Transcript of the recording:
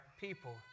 people